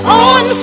on